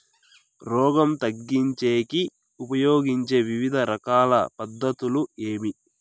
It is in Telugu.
రోగం తగ్గించేకి ఉపయోగించే వివిధ రకాల పద్ధతులు ఏమి?